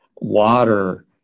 water